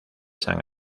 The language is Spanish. san